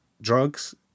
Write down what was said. drugs